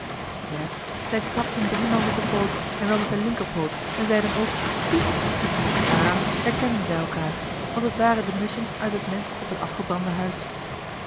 ja zij krabden driemaal met den poot en wel met den linkerpoot en zeiden ook piep daaraan herkenden zij elkaar want het waren de musschen uit het nest op het afgebrande huis